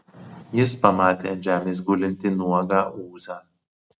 jis pamatė ant žemės gulintį nuogą ūzą